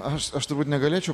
aš aš turbūt negalėčiau